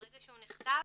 ברגע שהוא נכתב,